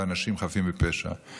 באנשים חפים מפשע.